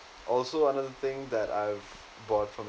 also another thing that I've bought from